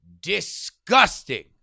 disgusting